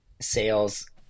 sales